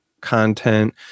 content